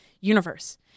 universe